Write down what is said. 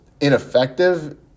ineffective